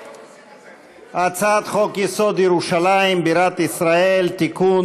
הצעת חוק-יסוד: ירושלים בירת ישראל (תיקון,